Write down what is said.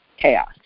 chaos